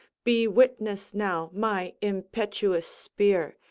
be witness now my impetuous spear,